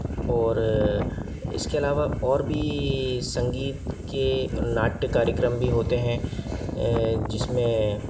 और इसके अलावा और भी संगीत के नाट्य कार्यक्रम भी होते हैं जिसमें